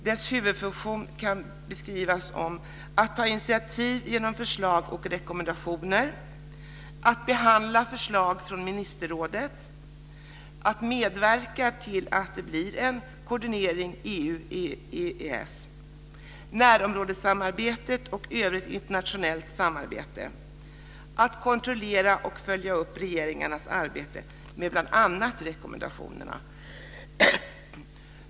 Dess huvudfunktioner kan beskrivas som att ta initiativ genom förslag och rekommendationer, att behandla förslag från ministerrådet och att medverka till att det blir en koordinering med EU-EES. Det gäller också närområdessamarbetet och övrigt internationellt samarbete samt att kontrollera och följa upp regeringarnas arbete med bl.a. rekommendationerna.